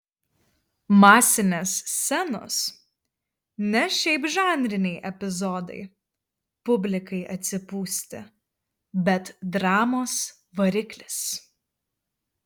masinės scenos ne šiaip žanriniai epizodai publikai atsipūsti bet dramos variklis